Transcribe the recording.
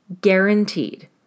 Guaranteed